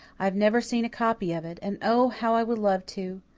i've never seen a copy of it, and oh, how i would love to!